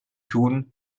tun